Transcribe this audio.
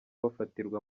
bafatirwa